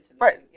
Right